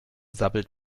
sabbelt